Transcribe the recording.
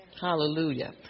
Hallelujah